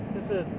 这是